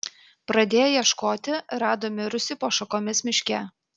pradėję ieškoti rado mirusį po šakomis miške